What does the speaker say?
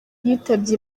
yitabye